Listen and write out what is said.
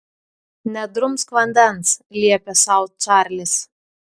nedrumsk vandens liepė sau čarlis